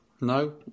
No